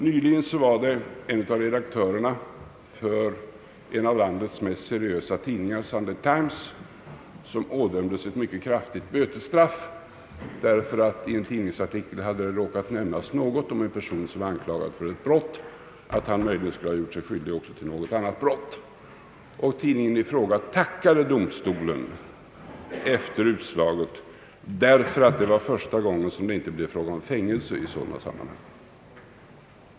Nyligen ådömdes en av redaktörerna för en av landets mest seriösa tidningar, Sunday Times, ett mycket kraftigt bötesstraff, därför att tidningen i en artikel hade råkat nämna att en person som var anklagad för ett brott möjligen skulle ha gjort sig skyldig också till någon annan förseelse. Tidningen i fråga tackade domstolen efter utslaget, ty det var första gången som det inte blev fråga om fängelse i sådana samman hang.